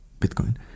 Bitcoin